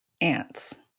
ants